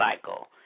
cycle